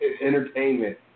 entertainment